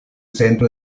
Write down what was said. centro